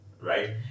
Right